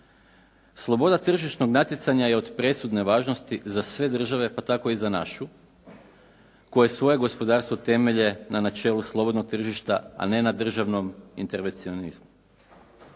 Sloboda tržišnog natjecanja je od presudne važnosti za sve države, pa tako i za našu koje svoje gospodarstvo temelje na načelu slobodnog tržišta, a ne na državnom intervencionizmu.